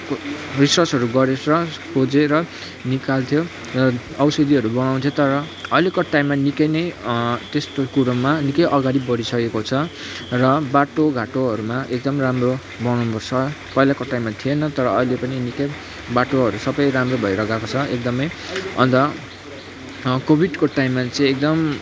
रिसर्चहरू गरेर खोजेर निकाल्थ्यो र औषधिहरू बनाउँथ्यो तर अहिलेको टाइममा निक्कै नै त्यस्तो कुरोमा निक्कै अगाडि बडिसकेको छ र बाटो घाटोहरूमा एकदम राम्रो बनाउनुपर्छ पहिलाको टाइममा थिएन तर अहिले पनि निक्कै बाटोहरू सबै राम्रो भएर गएको छ एकदमै अन्त कोविडको टाइममा चाहिँ एकदम